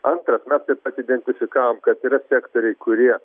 antras mes taip pat identifikavom kad yra sektoriai kurie